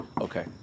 Okay